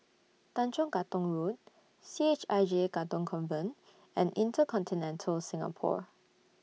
Tanjong Katong Road C H I J Katong Convent and InterContinental Singapore